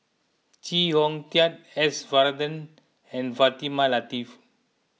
Chee Hong Tat S Varathan and Fatimah Lateef